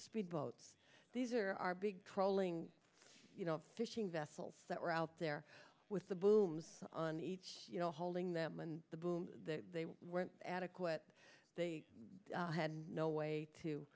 speed boats these are our big trolling you know fishing vessels that were out there with the booms on each you know holding them and the boom they went adequate they had no way